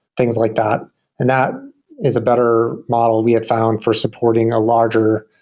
things like that and that is a better model we had found for supporting a larger,